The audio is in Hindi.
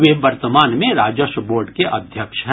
वे वर्तमान में राजस्व बोर्ड के अध्यक्ष है